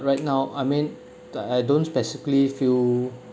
right now I mean like I don't specifically feel